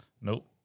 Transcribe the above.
Nope